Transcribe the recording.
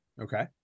okay